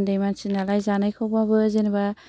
ओन्दै मानसि नालाय जानायखौबाबो जेन'बा